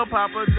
Papa